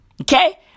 Okay